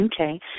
Okay